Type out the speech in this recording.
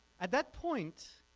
at that point